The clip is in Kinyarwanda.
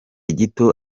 gito